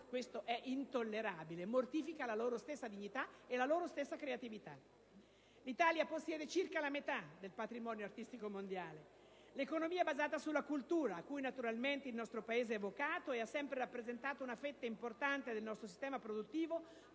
Questo è intollerabile e mortifica la loro stessa dignità e creatività. L'Italia possiede circa la metà del patrimonio artistico mondiale. L'economia basata sulla cultura, a cui naturalmente il nostro Paese è vocato e che ha sempre rappresentato un fetta importante del nostro sistema produttivo,